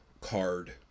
card